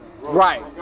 Right